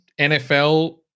NFL